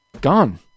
gone